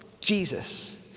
Jesus